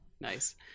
Nice